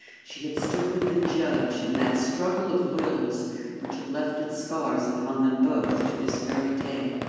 she had stood with the judge in that struggle of wills which had left its scars upon them both to this very day.